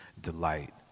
delight